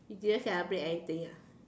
you didn't celebrate anything ah